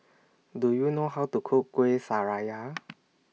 Do YOU know How to Cook Kuih Syara